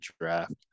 draft